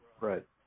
Right